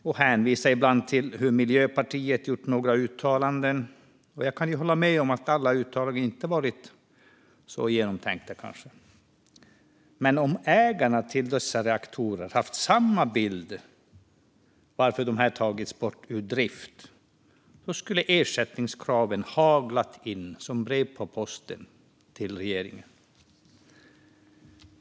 Ibland har man hänvisat till några uttalanden från Miljöpartiet, och jag kan hålla med om att alla uttalanden kanske inte har varit så genomtänkta. Men om ägarna till dessa reaktorer hade haft samma bild av varför de tagits ur drift skulle ersättningskraven på regeringen ha kommit som ett brev på posten.